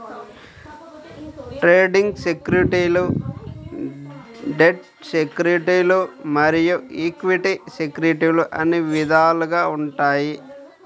trading సెక్యూరిటీలు debt సెక్యూరిటీలు మరియు ఈక్విటీ సెక్యూరిటీలు అని విధాలుగా ఉంటాయి